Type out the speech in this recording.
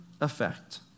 effect